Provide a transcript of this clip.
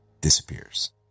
disappears